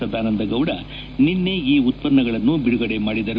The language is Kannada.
ಸದಾನಂದಗೌಡ ನಿನ್ನೆ ಈ ಉತ್ತನ್ನಗಳನ್ನು ಬಿಡುಗಡೆ ಮಾಡಿದರು